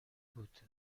بود